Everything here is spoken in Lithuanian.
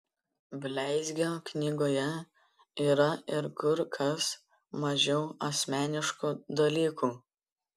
bleizgio knygoje yra ir kur kas mažiau asmeniškų dalykų